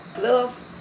love